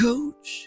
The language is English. Coach